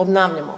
obnavljamo